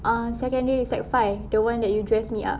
ah secondary sec five the one that you dress me up